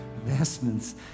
Investments